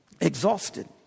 Exhausted